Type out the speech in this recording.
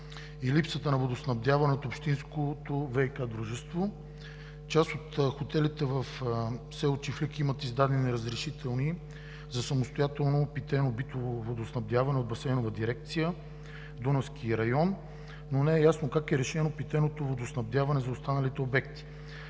и липсата на водоснабдяване от общинското ВиК дружество. Част от хотелите в село Чифлик имат издадени разрешителни за самостоятелно питейно-битово водоснабдяване от Басейнова дирекция – Дунавски район, но не е ясно как е решено питейното водоснабдяване за останалите обекти.